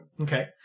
Okay